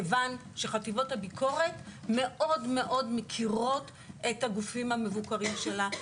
כיוון שחטיבות הביקורת מאוד מכירות את הגופים המבוקרים שלה,